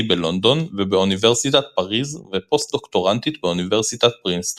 בלונדון ובאוניברסיטת פריז ופוסט דוקטורנטית באוניברסיטת פרינסטון.